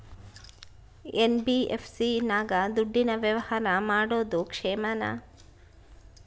NBFC ನಾಗ ದುಡ್ಡಿನ ವ್ಯವಹಾರ ಮಾಡೋದು ಕ್ಷೇಮಾನ?